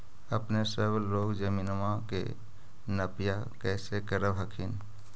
अपने सब लोग जमीनमा के नपीया कैसे करब हखिन?